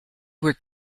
were